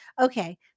Okay